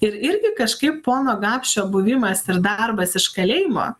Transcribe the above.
ir irgi kažkaip pono gapšio buvimas ir darbas iš kalėjimo